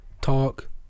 Talk